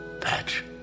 Patch